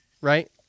Right